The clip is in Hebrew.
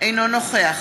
אינו נוכח